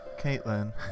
Caitlin